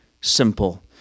simple